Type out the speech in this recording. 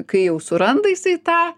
kai jau suranda jisai tą